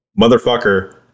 Motherfucker